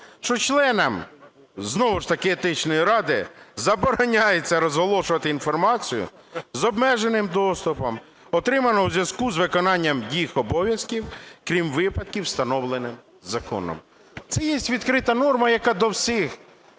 що членам знову ж таки Етичної ради забороняється розголошувати інформацію з обмеженим доступом, отриманої в зв'язку з виконанням їх обов'язків, крім випадків, встановлених законом. Це є відкрита норма, яка до всіх